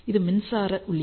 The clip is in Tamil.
இது மின்சார உள்ளீடு